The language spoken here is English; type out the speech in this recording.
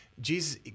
Jesus